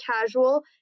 casual